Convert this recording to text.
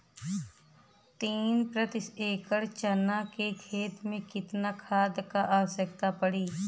तीन प्रति एकड़ चना के खेत मे कितना खाद क आवश्यकता पड़ी?